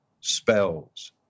spells